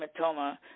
hematoma